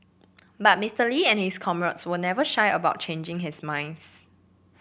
but Mister Lee and his comrades were never shy about changing his minds